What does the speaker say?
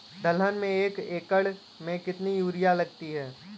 दलहन में एक एकण में कितनी यूरिया लगती है?